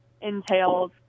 entails